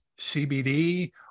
CBD